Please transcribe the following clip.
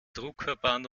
druckverband